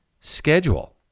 schedule